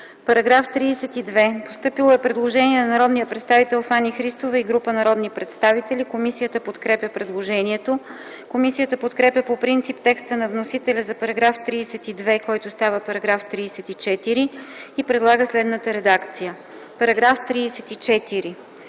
Параграф 46 - постъпило е предложение на народния представител Фани Христова и група народни представители. Комисията подкрепя по принцип предложението. Комисията подкрепя по принцип текста на вносителя за § 46, който става § 49, и предлага следната редакция: „§ 49.